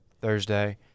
Thursday